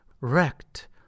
wrecked